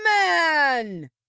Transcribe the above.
man